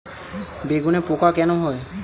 বেগুনে পোকা কেন হয়?